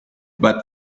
but